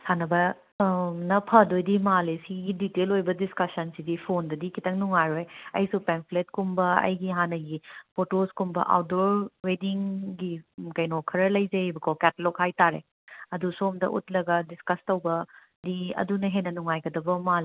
ꯁꯥꯟꯅꯕ ꯅ ꯐꯗꯣꯏꯗꯤ ꯃꯥꯜꯂꯦ ꯁꯤꯒꯤ ꯗꯤꯇꯦꯜ ꯑꯣꯏꯕ ꯗꯤꯁꯀꯁꯟꯁꯤꯗꯤ ꯐꯣꯟꯗꯗꯤ ꯈꯤꯇꯪ ꯅꯨꯡꯉꯥꯏꯔꯣꯏ ꯑꯩꯁꯨ ꯄꯦꯝꯐ꯭ꯂꯦꯠꯀꯨꯝꯕ ꯑꯩꯒꯤ ꯍꯥꯟꯅꯒꯤ ꯐꯣꯇꯣꯁꯀꯨꯝꯕ ꯑꯥꯎꯠꯗꯣꯔ ꯋꯦꯗꯤꯡꯒꯤ ꯀꯩꯅꯣ ꯈꯔ ꯂꯩꯖꯩꯑꯕꯀꯣ ꯀꯦꯇꯦꯂꯣꯒ ꯍꯥꯏꯇꯥꯔꯦ ꯑꯗꯣ ꯁꯣꯝꯗ ꯎꯠꯂꯒ ꯗꯤꯁꯀꯁ ꯇꯧꯕꯗꯤ ꯑꯗꯨꯅ ꯍꯦꯟꯅ ꯅꯨꯡꯉꯥꯏꯒꯗꯕ ꯃꯥꯜꯂꯦ